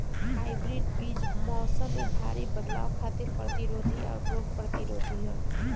hybrid बीज मौसम में भारी बदलाव खातिर प्रतिरोधी आउर रोग प्रतिरोधी ह